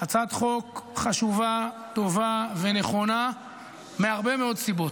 הצעת חוק חשובה, טובה ונכונה מהרבה מאוד סיבות: